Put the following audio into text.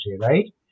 right